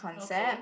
okay